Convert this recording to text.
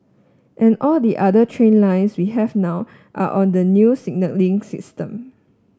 and all the other train lines we have now are on the new signalling system